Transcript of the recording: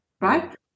right